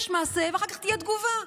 יש מעשה ואחר כך תהיה תגובה.